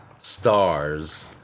stars